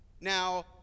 Now